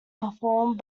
performed